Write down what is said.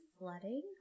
flooding